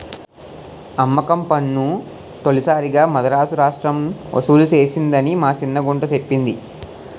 అమ్మకం పన్ను తొలిసారిగా మదరాసు రాష్ట్రం ఒసూలు సేసిందని మా సిన్న గుంట సెప్పింది